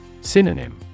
Synonym